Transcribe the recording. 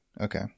Okay